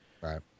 Right